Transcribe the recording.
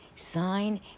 sign